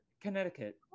Connecticut